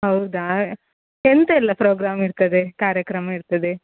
ಹೌದಾ ಎಂತೆಲ್ಲ ಪ್ರೋಗ್ರಾಮ್ ಇರ್ತದೆ ಕಾರ್ಯಕ್ರಮ ಇರ್ತದೆ